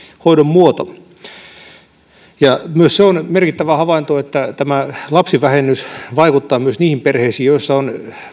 hoidon muoto myös se on merkittävä havainto että tämä lapsivähennys vaikuttaa myös niihin perheisiin joissa on